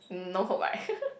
no hope right